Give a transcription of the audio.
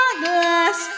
glass